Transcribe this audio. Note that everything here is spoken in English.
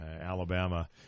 Alabama